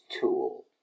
tool